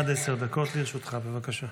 עד עשר דקות לרשותך, בבקשה.